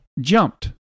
jumped